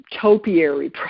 topiary